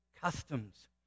customs